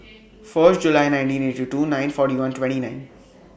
First July nineteen eighty two nine forty one twenty nine